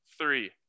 three